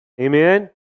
Amen